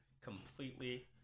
completely